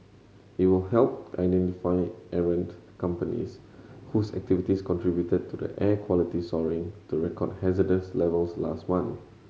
it will help identify errant companies whose activities contributed to the air quality soaring to record hazardous levels last